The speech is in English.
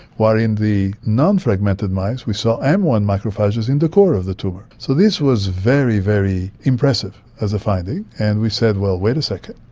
while in the non-fragmented mice we saw m one macrophages in the core of the tumour. so this was very, very impressive as a finding, and we said, well, wait a second,